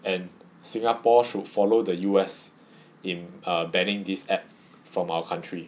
and singapore should follow the U_S in err banning this app from our country